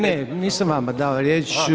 Ne, nisam vama dao riječ.